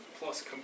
plus